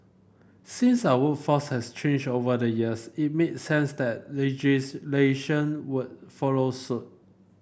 since our workforce has changed over the years it makes sense that legislation would follow suit